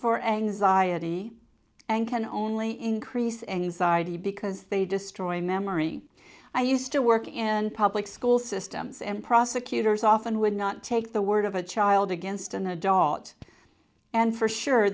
for anxiety and can only increase anxiety because they destroy memory i used to work in public school systems and prosecutors often would not take the word of a child against an adult and for sure